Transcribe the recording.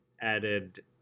added